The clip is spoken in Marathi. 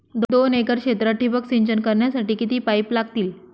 दोन एकर क्षेत्रात ठिबक सिंचन करण्यासाठी किती पाईप लागतील?